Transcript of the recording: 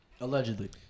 Allegedly